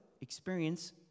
experience